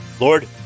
Lord